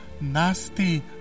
Nasty